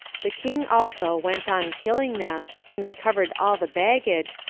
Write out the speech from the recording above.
the king also went on killing them, and recovered all the baggage,